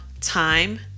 time